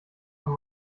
kann